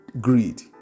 Greed